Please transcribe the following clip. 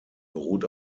beruht